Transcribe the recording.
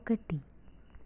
ఒకటి